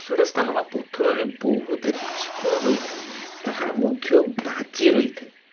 ଖସଡ଼ା ସ୍ଥାନ ବା ପଥରରେ ବହୁତ ଏତେ ଚିକ୍କଣ ରହିଥାଏ ତାହା ମଧ୍ୟ ବାଜି ରହିଥାଏ